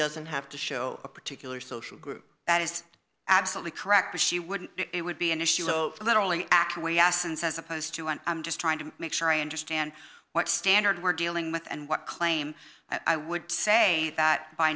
doesn't have to show a particular social group that is absolutely correct or she wouldn't it would be an issue literally acquiescence as opposed to one i'm just trying to make sure i understand what standard we're dealing with and what claim that i would say that by